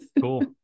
Cool